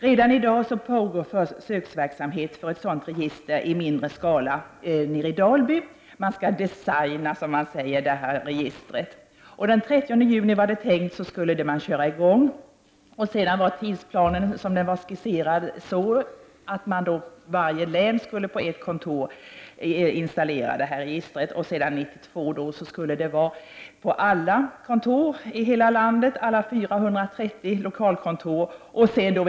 Redan i dag pågår försöksverksamhet för ett sådant register i mindre skala i Dalby. Registret skall ”designas”. Det var tänkt att registret skulle köras i gång den 30 juni. Sedan var tidsplanen skisserad så att i varje län på ett kontor skulle registret installeras efter hand. 1992 skulle registret finnas på alla 430 lokalkontor över hela landet.